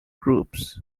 groups